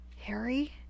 Harry